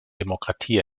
demokratie